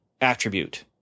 attribute